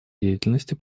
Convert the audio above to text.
деятельности